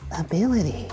ability